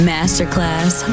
Masterclass